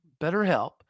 BetterHelp